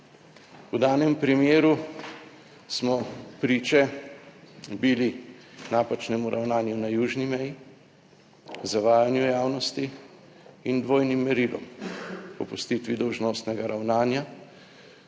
V danem primeru smo priče bili napačnemu ravnanju na južni meji, zavajanju javnosti in dvojnim merilom, opustitvi dolžnostnega ravnanja